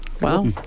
Wow